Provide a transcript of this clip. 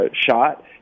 shot